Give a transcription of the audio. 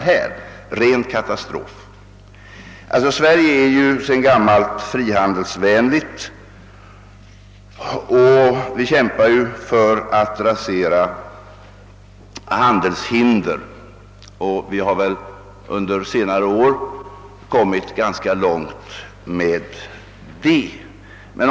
Det skulle bli rena katastrofen! Sverige är sedan gammalt frihandelsvänligt. Vi kämpar för att rasera hanhandelshinder och har väl under senare år nått ganska långt med det.